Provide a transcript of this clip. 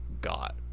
got